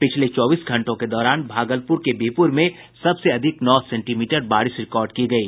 पिछले चौबीस घंटों के दौरान भागलपुर के बिहपुर में सबसे अधिक नौ सेंटीमीटर बारिश रिकॉर्ड की गयी